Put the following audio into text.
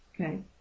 okay